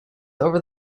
over